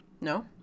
No